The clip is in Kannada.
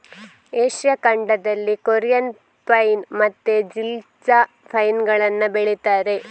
ಏಷ್ಯಾ ಖಂಡದಲ್ಲಿ ಕೊರಿಯನ್ ಪೈನ್ ಮತ್ತೆ ಚಿಲ್ಗೊ ಜಾ ಪೈನ್ ಗಳನ್ನ ಬೆಳೀತಾರೆ